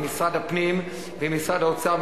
עם משרד הפנים ועם משרד האוצר,